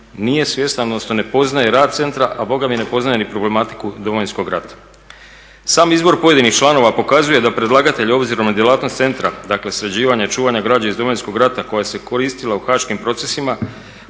nije svjestan odnosno ne poznaje rad centra, a bogami ne poznaje ni problematiku Domovinskog rata. Sam izbor pojedinih članova pokazuje da predlagatelj obzirom na djelatnost centra, dakle sređivanje i čuvanje građe iz Domovinskog rata koja se koristila u haškim procesima